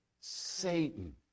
Satan